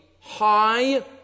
high